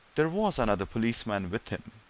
there was another policeman with him,